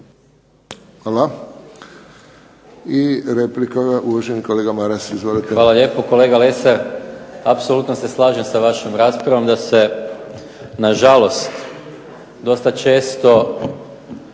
Hvala. Replika uvaženi kolega Maras. Izvolite. **Maras, Gordan (SDP)** Hvala lijepo. Kolega Lesar, apsolutno se slažem sa vašom raspravom da se nažalost dosta često